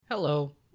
Hello